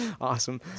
Awesome